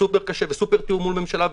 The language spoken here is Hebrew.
סופר קשה וסופר בתיאום מול הממשלה,